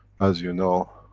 as you know.